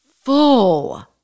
full